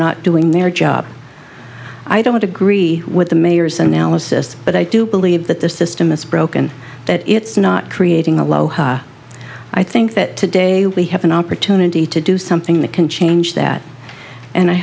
not doing their job i don't agree with the mayor's analysis but i do believe that the system is broken that it's not creating a law i think that today we have an opportunity to do something that can change that and i